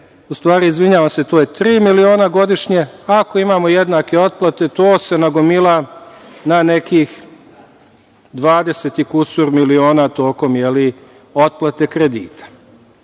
na 200 miliona, to je tri miliona godišnje, a ako imamo jednake otplate to se nagomila na nekih 20 i kusur miliona tokom otplate kredita?